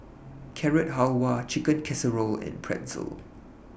Carrot Halwa Chicken Casserole and Pretzel